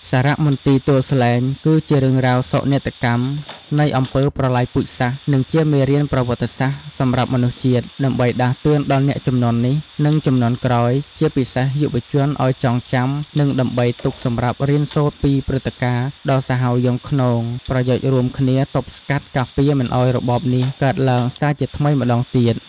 សារមន្ទីរទួលស្លែង គឺជារឿងរ៉ាវសោកនាដកម្ម នៃអំពើប្រល័យពូជសាសន៍ និងជាមេរៀនប្រវត្តិសាស្ត្រសម្រាប់មនុស្សជាតិ ដើម្បីដាស់តឿនដល់អ្នកជំនាន់នេះ និងជំនាន់ក្រោយ ជាពិសេសយុវជនឱ្យចងចាំ និងដើម្បីទុកសម្រាប់ រៀនសូត្រពីព្រឹត្តិការណ៍ដ៏សាហាវយង់ឃ្នង ប្រយោជន៍រួមគ្នាទប់ស្កាត់ការពារមិនឱ្យរបបនេះកើតឡើងសារជាថ្មីម្ដងទៀត។